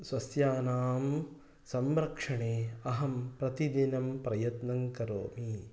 सस्यानां संरक्षणे अहं प्रतिदिनं प्रयत्नं करोमि